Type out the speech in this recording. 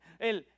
El